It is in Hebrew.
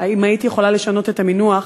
אם הייתי יכולה לשנות את המינוח,